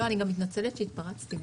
אני מתנצלת שהתפרצתי,